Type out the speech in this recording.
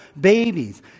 babies